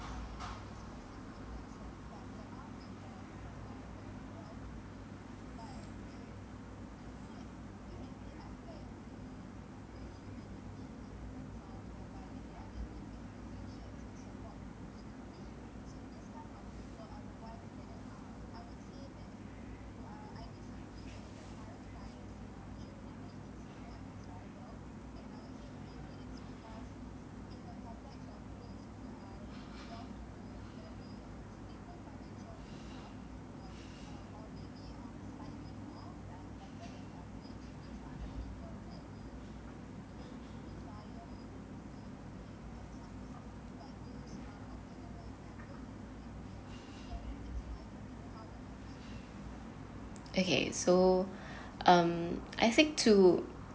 okay so um I think to